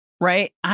Right